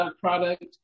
product